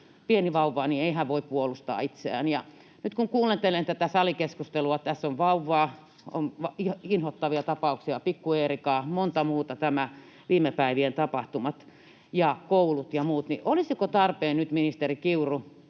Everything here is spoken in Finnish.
pieni vauva ei voi puolustaa itseään. Ja nyt kun kuuntelen tätä salikeskustelua — tässä on vauvaa, on inhottavia tapauksia, pikku Eerikaa, montaa muuta, viime päivien tapahtumia ja kouluja ja muuta — niin olisiko tarpeen nyt, ministeri Kiuru,